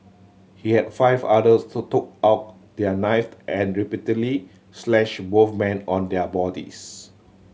he have five others to took out their knife and repeatedly slashed both men on their bodies